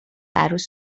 عروس